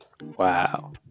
Wow